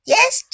Yes